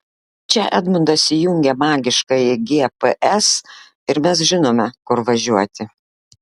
čia edmundas įjungia magiškąjį gps ir mes žinome kur važiuoti